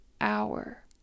hour